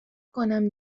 کنم